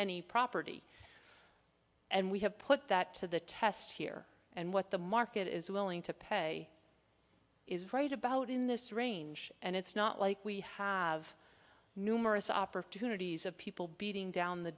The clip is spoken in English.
any property and we have put that to the test here and what the market is willing to pay is right about in this range and it's not like we have numerous opportunities of people beating down